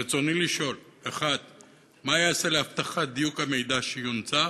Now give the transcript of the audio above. רצוני לשאול: 1. מה ייעשה להבטחת דיוק המידע שיונצח?